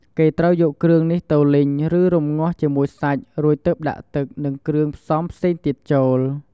គេត្រូវយកគ្រឿងនេះទៅលីង ឬរម្ងាស់ជាមួយសាច់ រួចទើបដាក់ទឹក និងគ្រឿងផ្សំផ្សេងទៀតចូល។